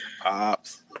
Pops